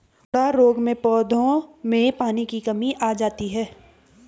उकडा रोग में पौधों में पानी की कमी आ जाती है